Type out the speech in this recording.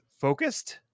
focused